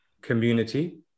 community